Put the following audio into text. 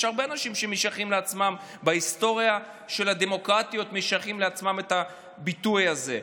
יש הרבה אנשים שמשייכים לעצמם בהיסטוריה של הדמוקרטיות את הביטוי הזה.